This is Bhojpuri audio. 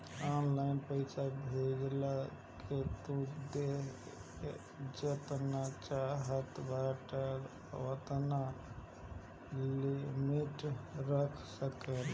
ऑनलाइन पईसा भेजला के तू जेतना चाहत बाटअ ओतना लिमिट रख सकेला